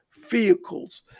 vehicles